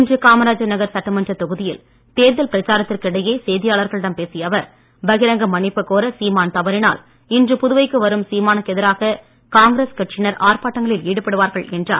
இன்று காமராஜ் நகர் சட்டமன்றத் தொகுதியில் தேர்தல் பிரச்சாரத்திற்கு இடையே செய்தியாளர்களிடம் பேசிய அவர் பகிரங்க மன்னிப்பு கோர சீமான் தவறினால் இன்று புதுவைக்கு வரும் சீமானுக்கு எதிராக காங்கிரஸ் கட்சியினர் ஆர்ப்பாட்டங்களில் ஈடுபடுவார்கள் என்றார்